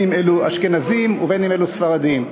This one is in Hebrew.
שאלו אשכנזים ובין שאלו ספרדים.